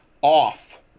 off